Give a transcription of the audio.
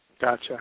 Gotcha